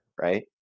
right